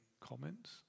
comments